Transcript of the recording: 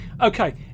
okay